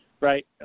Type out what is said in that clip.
Right